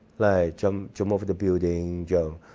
like jump jump over the building, jump.